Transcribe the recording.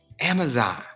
Amazon